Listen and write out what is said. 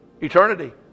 Eternity